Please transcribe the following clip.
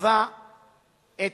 שיקבע את